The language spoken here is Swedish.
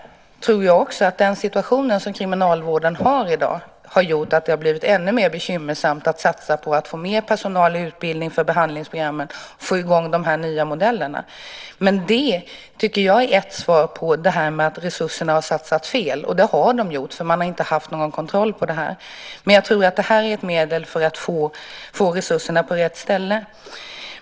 Den situation som kriminalvården har i dag har gjort att det har blivit ännu mer bekymmersamt att få mer personal för utbildning i behandlingsprogrammen och få i gång de nya modellerna. Det tycker jag är ett svar på varför resurserna har satsats fel, för det har det gjorts. Man har inte haft någon kontroll. Men det här tror jag blir ett medel att få resurserna på rätt ställe.